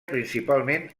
principalment